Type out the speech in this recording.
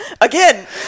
again